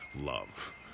love